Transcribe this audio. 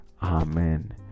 Amen